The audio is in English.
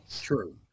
True